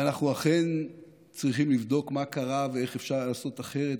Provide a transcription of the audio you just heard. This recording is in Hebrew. ואנחנו אכן צריכים לבדוק מה קרה ואיך אפשר היה לעשות אחרת.